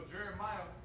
Jeremiah